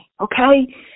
okay